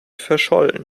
verschollen